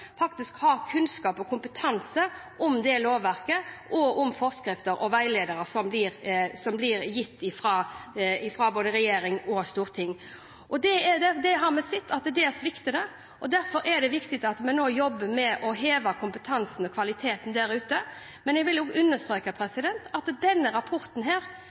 faktisk har kunnskap om og kompetanse på det lovverket og de forskrifter og veiledere som blir gitt, fra både regjering og storting. Der har vi sett at det svikter, og derfor er det viktig at vi nå jobber med å heve kompetansen og kvaliteten der ute. Men jeg vil også understreke at denne rapporten